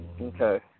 Okay